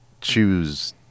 choose